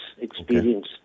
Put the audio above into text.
experience